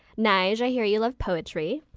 nyge, i hear you love poetry.